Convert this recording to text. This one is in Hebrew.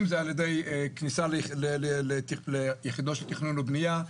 אם זה על ידי כניסה ליחידות של תכנון ובנייה,